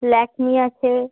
ল্যাকমে আছে